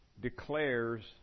declares